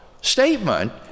statement